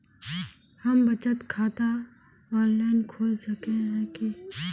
हम बचत खाता ऑनलाइन खोल सके है की?